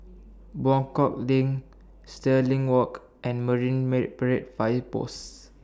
Buangkok LINK Stirling Walk and Marine Parade Fire Post